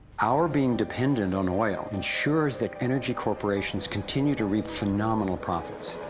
our being dependent on oil insures, that energy corporations continue to reap phenomenal profits.